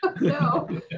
no